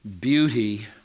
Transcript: beauty